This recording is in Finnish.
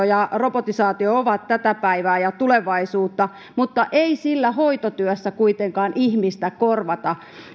ja robotisaatio ovat tätä päivää ja tulevaisuutta mutta ei sillä hoitotyössä kuitenkaan ihmistä korvata